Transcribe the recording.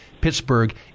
Pittsburgh